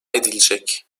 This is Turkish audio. edilecek